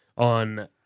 on